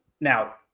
Now